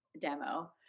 demo